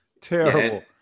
terrible